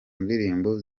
ndirimbo